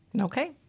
Okay